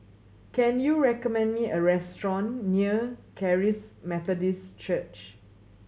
can you recommend me a restaurant near Charis Methodist Church